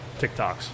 tiktoks